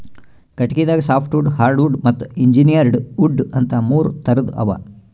ಕಟಗಿದಾಗ softwood hardwood ಮತ್ತ್ engineered wood ಅಂತಾ ಮೂರ್ ಥರದ್ ಅವಾ